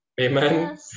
Amen